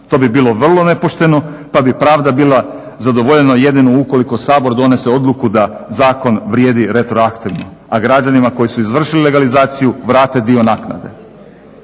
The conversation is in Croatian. To bi bilo vrlo nepošteno pa bi pravda bila zadovoljena jedino ukoliko Sabor donese odluku da zakon vrijedi retroaktivno, a građanima koji su izvršili legalizaciju vrate dio naknade.